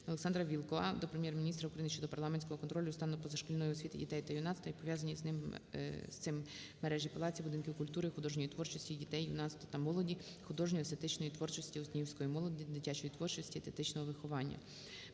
ОлександраВілкула до Прем'єр-міністра України щодо парламентського контролю стану позашкільної освіти дітей та юнацтва і пов'язаної із цим мережі палаців, будинків, клубів художньої творчості дітей, юнацтва та молоді, художньо-естетичної творчості учнівської молоді, дитячої творчості, естетичного виховання.